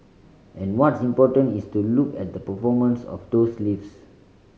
and what's important is to look at the performance of those lifts